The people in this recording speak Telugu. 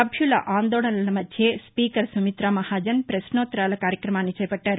సభ్యుల ఆందోళనల మధ్యే స్పీకర్ సుమితా మహాజన్ పశ్నోత్తరాల కార్యక్రమాన్ని చేపట్టారు